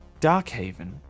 Darkhaven